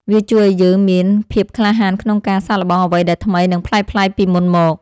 វាជួយឱ្យយើងមានភាពក្លាហានក្នុងការសាកល្បងអ្វីដែលថ្មី និងប្លែកៗពីមុនមក។